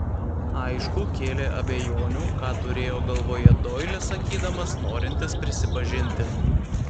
aišku kėlė abejonių ką turėjo galvoje doilis sakydamas norintis prisipažinti